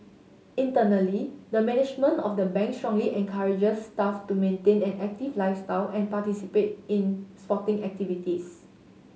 internally the management of the Bank strongly encourages staff to maintain an active lifestyle and participate in sporting activities